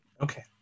Okay